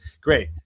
great